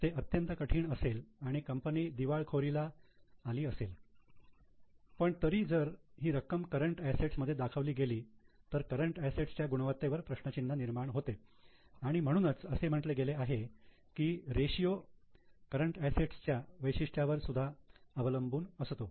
ते अत्यंत कठीण असेल आणि कंपनी दिवाळखोरीला आली असेल पण तरी जर ही रक्कम करंट असेट्स मध्ये दाखवली गेली तर करंट असेट्स च्या गुणवत्तेवर प्रश्नचिन्ह निर्माण होते आणि म्हणूनच असे म्हटले गेले आहे की हा रेशियो करंट असेट्स च्या वैशिष्ट्यावर सुधा अवलंबून असतो